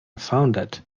founded